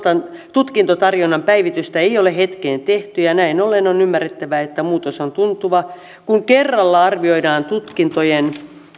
tutkintotarjonnan päivitystä ei ole hetkeen tehty ja näin ollen on ymmärrettävää että muutos on tuntuva kun kerralla arvioidaan tutkintojen